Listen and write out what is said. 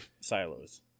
silos